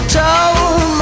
told